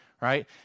right